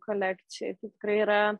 kolekcijoj tai tikrai yra